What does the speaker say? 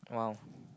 !wow!